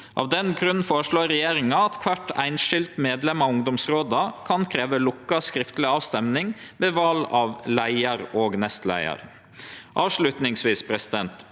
Av den grunn føreslår regjeringa at kvar einskild medlem av ungdomsrådet kan krevje lukka skriftleg avrøysting ved val av leiar og nestleiar. Avslutningsvis: Regjeringa